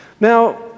Now